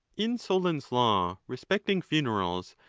in solon's law respecting funerals,